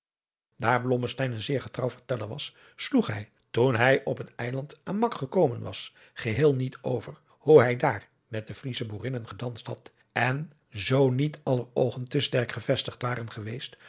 blommesteyn een zeer getrguw verteller was sloeg hij toen hij op het eiland amak gekomen was geheel niet over hoe hij daar met de vriesche boerinnen gedanst had en zoo niet aller oogen te sterk gevestigd waren geweest